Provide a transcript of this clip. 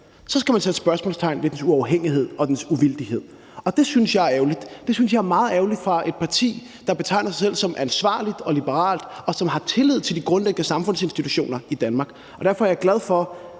skal man sætte spørgsmålstegn ved dens uafhængighed og dens uvildighed. Det synes jeg er ærgerligt. Det synes jeg er meget ærgerligt kommer fra et parti, der betegner sig selv som ansvarligt og liberalt, og som har tillid til de grundlæggende samfundsinstitutioner i Danmark. Og derfor er jeg glad for